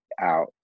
out